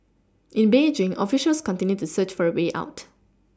in Beijing officials continue to search for way out